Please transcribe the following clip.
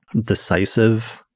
decisive